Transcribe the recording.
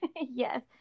Yes